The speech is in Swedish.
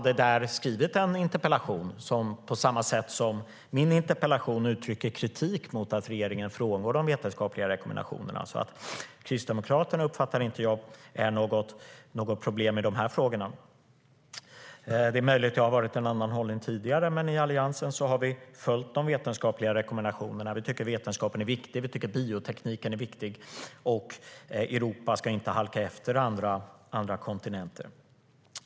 De har skrivit en interpellation där de på samma sätt som jag gör i min interpellation uttrycker kritik mot att regeringen frångår de vetenskapliga rekommendationerna. Jag uppfattar inte att Kristdemokraterna är något problem i de här frågorna. Det är möjligt att det har funnits en annan hållning tidigare, men i Alliansen har vi följt de vetenskapliga rekommendationerna. Vi tycker att vetenskapen är viktig, och vi tycker att biotekniken är viktig. Europa ska inte halka efter andra kontinenter.